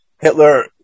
Hitler